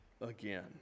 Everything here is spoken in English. again